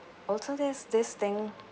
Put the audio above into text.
also there's this thing